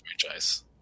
franchise